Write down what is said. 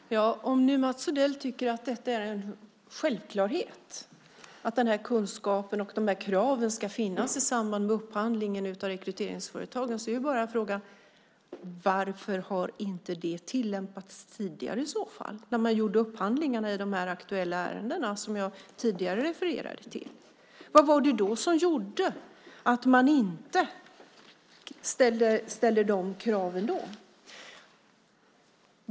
Herr talman! Om nu Mats Odell tycker att det är en självklarhet att den här kunskapen och de här kraven ska finnas med i samband med upphandlingen av rekryteringsföretagen är frågan: Varför har detta i så fall inte tillämpats tidigare när man gjorde upphandlingarna i de aktuella ärenden som jag tidigare refererade till? Vad var det som gjorde att man inte ställde de kraven då?